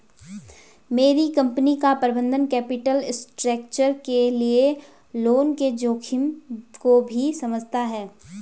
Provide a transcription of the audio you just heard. मेरी कंपनी का प्रबंधन कैपिटल स्ट्रक्चर के लिए लोन के जोखिम को भी समझता है